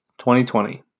2020